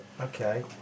Okay